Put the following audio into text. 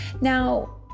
Now